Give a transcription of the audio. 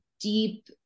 deep